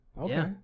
okay